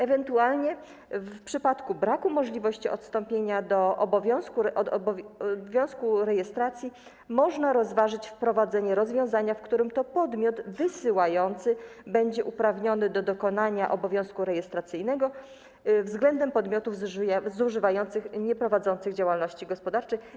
Ewentualnie w przypadku braku możliwości odstąpienia od obowiązku rejestracji można rozważyć wprowadzenie rozwiązania, zgodnie z którym to podmiot wysyłający będzie uprawniony do dokonania obowiązku rejestracyjnego względem podmiotów zużywających nieprowadzących działalności gospodarczej.